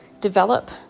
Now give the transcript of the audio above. develop